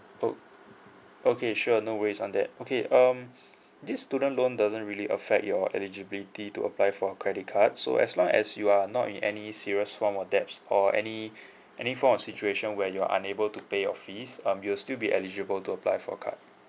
o~ okay sure no worries on that okay um this student loan doesn't really affect your eligibility to apply for a credit card so as long as you are not in any serious form of debts or any any form of situation where you're unable to pay your fees um you'll still be eligible to apply for a card